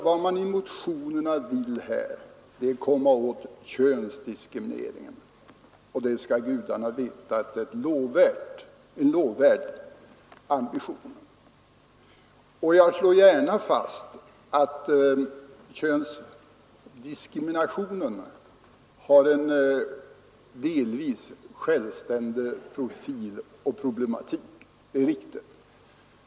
Vad motionärerna alltså vill komma åt är könsdiskrimineringen, och gudarna skall veta att det är en lovvärd ambition. Jag slår gärna fast att könsdiskrimineringen har en delvis självständig profil och problematik.